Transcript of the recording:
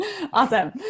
Awesome